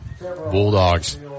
Bulldogs